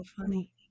funny